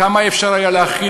כמה ילדים עניים אפשר היה להאכיל,